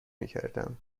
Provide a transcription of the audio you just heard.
میکردم